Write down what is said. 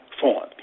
form